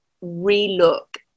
re-look